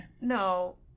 no